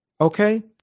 Okay